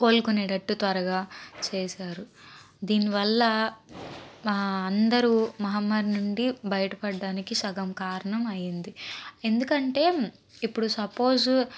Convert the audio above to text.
కోలుకునేటట్టు త్వరగా చేసారు దీని వల్ల అందరూ మహమ్మారి నుండి బయట పడడానికి సగం కారణం అయ్యింది ఎందుకంటే ఇప్పుడు సపోజ్